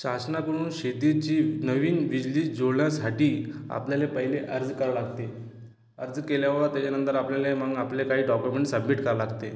शासनाकडून शेतीची नवीन बिजली जोडल्यासाठी आपल्याला पहिला अर्ज करावं लागते अर्ज केल्यावर त्याच्यानंतर आपल्याला हे मग आपले काही डॉक्युमेंट सबमिट करावं लागते